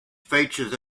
features